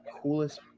coolest